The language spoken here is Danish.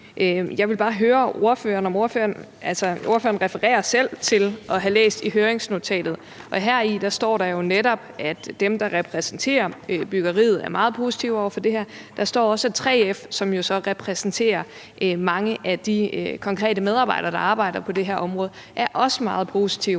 set med akademikerens øjne. Altså, ordføreren refererer selv til at have læst i høringsnotatet, og heri står der jo netop, at dem, der repræsenterer byggeriet, er meget positive over for det her. Der står også, at 3F, som jo så repræsenterer mange af de konkrete medarbejdere, der arbejder på det her område, også er meget positive